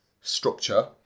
structure